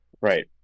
right